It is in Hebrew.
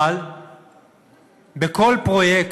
אבל בכל פרויקט,